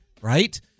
right